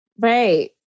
Right